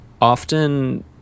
often